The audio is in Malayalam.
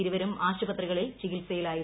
ഇരുവരും ആശുപത്രികളിൽ ചികിത്സയിൽ ആയിരുന്നു